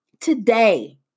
today